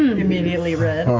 and immediately red.